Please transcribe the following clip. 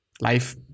life